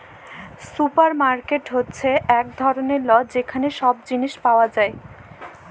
supermarket মালে হ্যচ্যে এক ধরলের ল যেখালে সব জিলিস পাওয়া যায়